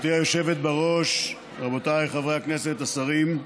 גברתי היושבת בראש, רבותיי חברי הכנסת, השרים,